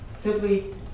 Simply